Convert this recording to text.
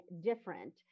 different